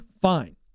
Fine